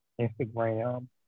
Instagram